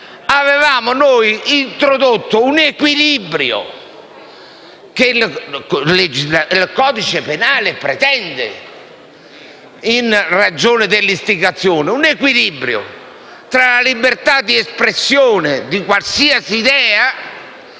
Avevamo introdotto un equilibrio, che il codice penale pretende, in ragione dell'istigazione: un equilibrio tra la libertà di espressione di qualsiasi idea